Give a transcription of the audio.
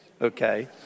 okay